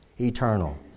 eternal